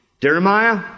Jeremiah